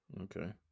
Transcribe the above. Okay